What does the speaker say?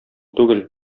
түгел